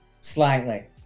slightly